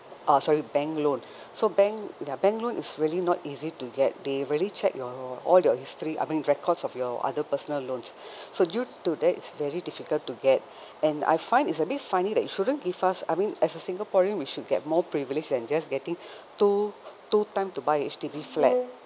uh sorry bank loan so bank ya bank loan is really not easy to get they really check your all your history I mean records of your other personal loans so due to that it's very difficult to get and I find it's a bit funny that you shouldn't give us I mean as a singaporean we should get more privilege than just getting two two time to buy H_D_B flat